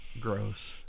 Gross